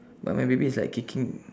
but my baby is like kicking